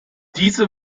diese